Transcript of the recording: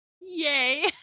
Yay